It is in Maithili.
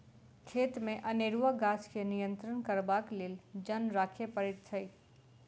खेतमे अनेरूआ गाछ के नियंत्रण करबाक लेल जन राखय पड़ैत छै